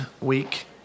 week